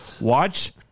watch